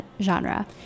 genre